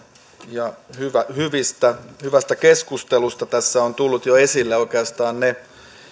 ja hyvästä keskustelusta tässä ovat tulleet jo esille oikeastaan ne